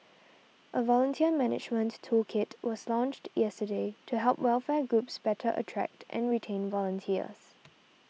a volunteer management toolkit was launched yesterday to help welfare groups better attract and retain volunteers